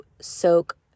soak